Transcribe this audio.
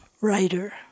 writer